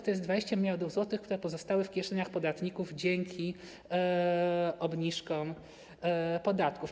To jest 20 mld zł, które pozostały w kieszeniach podatników dzięki obniżkom podatków.